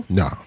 no